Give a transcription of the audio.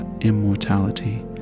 immortality